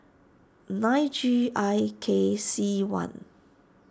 nine G I K C one